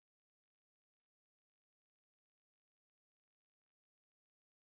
and then after that like my father's right now and the whole family is right now is like